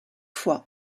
fois